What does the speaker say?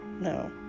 no